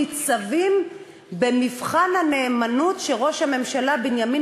ניצבים במבחן הנאמנות שראש הממשלה בנימין